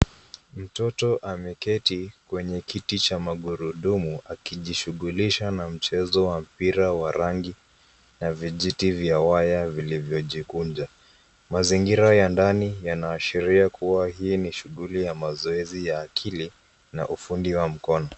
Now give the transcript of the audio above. Mtoto ameketi kwenye kiti cha magurudumu akijishughulisha na mchezo wa mpira wa rangi na vijiti vya waya viliyojikunja. Mazingira ya ndani yanaashiria kuwa hii ni shughuli ya mazoezi ya akili na ufundi wa mkono.